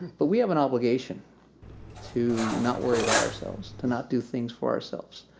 but we have an obligation to not worry about ourselves. to not do things for ourselves.